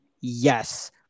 Yes